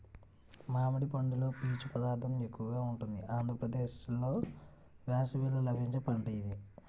మామిడి పండులో పీచు పదార్థం ఎక్కువగా ఉంటుంది ఆంధ్రప్రదేశ్లో వేసవిలో లభించే పంట ఇది